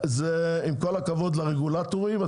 עם כל הכבוד לרגולטורים,